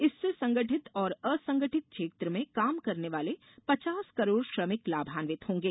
इससे संगठित और असंगठित क्षेत्र में काम करने वाले पचास करोड़ श्रमिक लाभान्वित होंगे